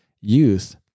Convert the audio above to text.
youth